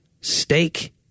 steak